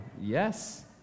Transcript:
Yes